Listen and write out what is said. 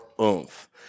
oomph